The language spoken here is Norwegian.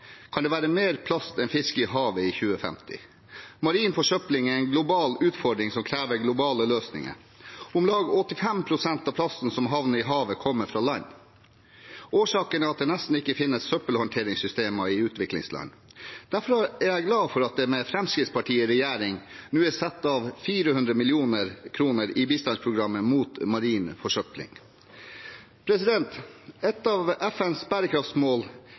kan det være mer plast enn fisk i havet i 2050. Marin forsøpling er en global utfordring som krever globale løsninger. Om lag 85 pst. av plasten som havner i havet, kommer fra land. Årsaken er at det nesten ikke finnes søppelhåndteringssystemer i utviklingsland. Derfor er jeg glad for at det med Fremskrittspartiet i regjering nå er satt av 400 mill. kr i bistandsprogrammet mot marin forsøpling. Et av FNs bærekraftsmål